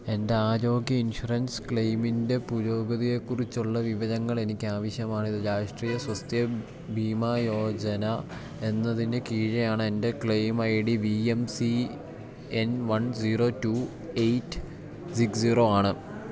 എന്റെ ആരോഗ്യ ഇൻഷുറൻസ് ക്ലെയിമിന്റെ പുരോഗതിയേക്കുറിച്ചുള്ള വിവരങ്ങളെനിക്കാവശ്യമാണ് ഇത് രാഷ്ട്രീയ സ്വാസ്ഥ്യ ബീമാ യോജന എന്നതിന് കീഴെയാണെന്റെ claim ID V M C N one zero two eight six സീറോവാണ്